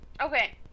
Okay